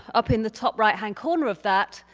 up in the top right hand corner of that.